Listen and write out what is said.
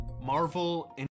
Marvel